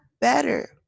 better